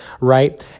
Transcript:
right